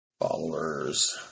Followers